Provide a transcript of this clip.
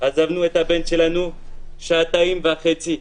עזבנו את הבן שלנו לשעתיים וחצי,